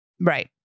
Right